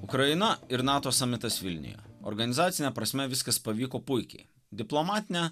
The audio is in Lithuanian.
ukraina ir nato samitas vilniuje organizacine prasme viskas pavyko puikiai diplomatine